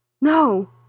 no